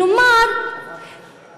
כלומר, תודה רבה.